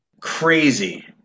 Crazy